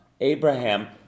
Abraham